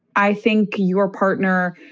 i think your partner